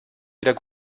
wieder